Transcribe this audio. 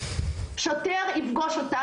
שוטר יפגוש אותם,